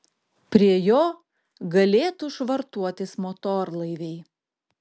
prie jo galėtų švartuotis motorlaiviai